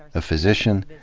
a physician,